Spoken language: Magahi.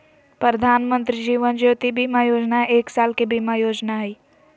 प्रधानमंत्री जीवन ज्योति बीमा योजना एक साल के बीमा योजना हइ